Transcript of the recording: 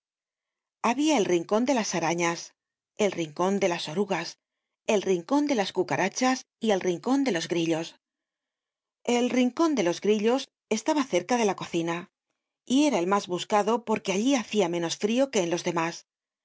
habia el rincon de las arañas el rincon de la orugas el rincon de las cucarachas y el rincon de los grillos el rincon de los grillos estaba cerca de la cocina y era el mas buscado porque allí hacia menos frio que en los demás